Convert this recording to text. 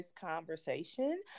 conversation